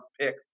pick